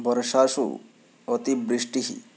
वर्षासु अतिवृष्टिः